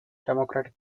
democratic